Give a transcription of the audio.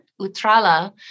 Utrala